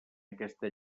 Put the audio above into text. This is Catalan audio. aquesta